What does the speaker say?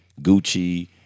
Gucci